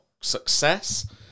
success